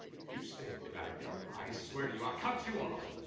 you stay with that girl, i swear to you, i'll cut you off.